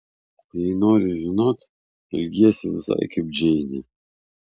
jei nori žinot elgiesi visai kaip džeinė